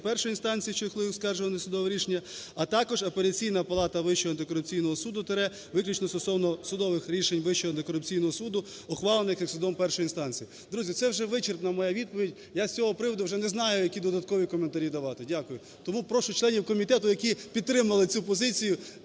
першої інстанції, що ухвалив оскаржуване судове рішення, а також Апеляційна палата Вищого антикорупційного суду – виключно стосовно судових рішень Вищого антикорупційного суду, ухвалених як судом першої інстанції". Друзі, це вже вичерпна моя відповідь, я з цього приводу вже не знаю які додаткові коментарі давати. Дякую. Тому прошу членів комітету, які підтримали цю позицію,